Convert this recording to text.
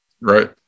Right